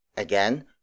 Again